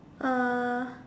uh